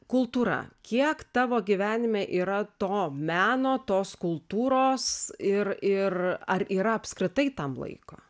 kultūra kiek tavo gyvenime yra to meno tos kultūros ir ir ar yra apskritai tam laiko